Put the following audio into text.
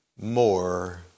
more